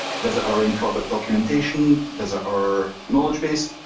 visit our in-product documentation, visit our knowledge base,